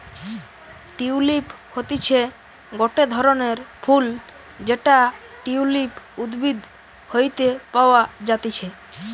tulip হতিছে গটে ধরণের ফুল যেটা টিউলিপ উদ্ভিদ হইতে পাওয়া যাতিছে